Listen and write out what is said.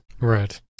Right